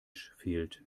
fehlt